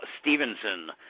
Stevenson